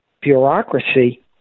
bureaucracy